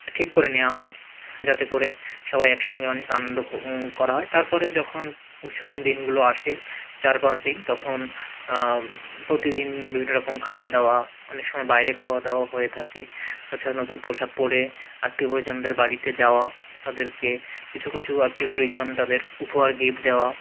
ঠিক করে নেয়া হয় যাতে করে সবাই একসঙ্গে অনেক আনন্দ করা হয় তারপরে যখন উৎসবের দিনগুলো আসে চার পাঁচ দিন তখন প্রতিদিন বিভিন্ন রকম খাওয়া দাওয়া অনেক সময় বাইরে খাওয়া দাওয়াও হয়ে থাকে তাছাড়া নতুন পোশাক পরে আত্মীয় পরিজনদের বাড়িতে যাওয়া তাদেরকে কিছু কিছু আত্মীয় পরিজন তাদের উপহার গিফট দেওয়া